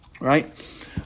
right